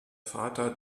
vater